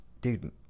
dude